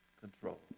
control